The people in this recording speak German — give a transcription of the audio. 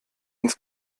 ins